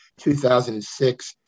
2006